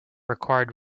required